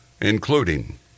Including